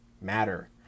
Matter